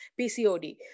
pcod